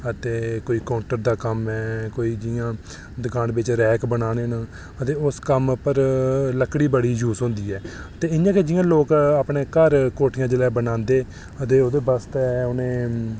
ते कोई काऊंटर दा कम्म ऐ कोई जि'यां दकान बिच रैक बनाने न ते उस कम्म पर लकड़ी बड़ी यूज़ होंदी ऐ ते इं'या गै जि'यां लोक अपने घर कोठे जेल्लै बनांदे ते ओह्दे आस्तै उ'नें